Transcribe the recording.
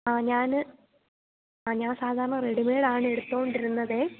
ആ ഞാന് ആ ഞാൻ സാധാരണ റെഡിമേഡ് ആണ് എടുത്തുകൊണ്ടിരുന്നത്